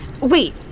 Wait